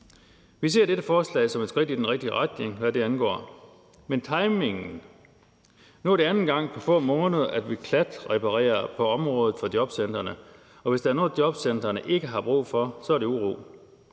Vi ser dette forslag som et skridt i den rigtige retning, hvad det angår, men ikke i forhold til timingen. Nu er det anden gang på få måneder, at vi klatreparerer på området for jobcentrene, og hvis der er noget, jobcentrene ikke har brug for, så er det uro.